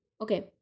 Okay